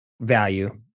value